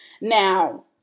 now